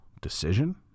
decision